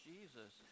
Jesus